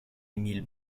émile